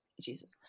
Jesus